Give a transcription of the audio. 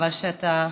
חבל שאתה,